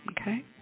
Okay